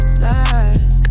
slide